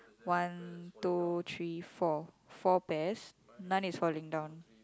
one two three four four pears none is falling down